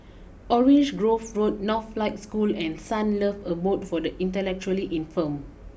Orange Grove Road Northlight School and Sunlove Abode for the Intellectually Infirmed